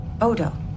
Odo